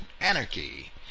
anarchy